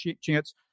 chance